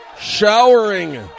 Showering